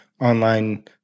online